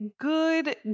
good